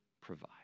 provide